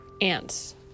ANTS